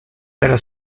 della